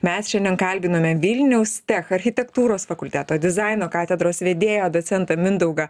mes šiandien kalbinome vilniaus tech architektūros fakulteto dizaino katedros vedėją docentą mindaugą